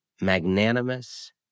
magnanimous